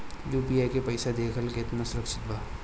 UPI से पईसा देहल केतना सुरक्षित बा?